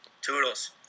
Toodles